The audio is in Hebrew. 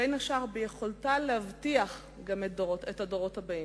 בין השאר, ביכולתה להבטיח גם את הדורות הבאים.